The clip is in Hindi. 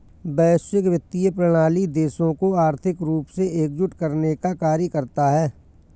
वैश्विक वित्तीय प्रणाली देशों को आर्थिक रूप से एकजुट करने का कार्य करता है